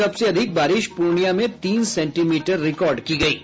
सबसे अधिक बारिश पूर्णिया में तीन सेंटीमीटर रिकार्ड की गयी